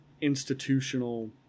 institutional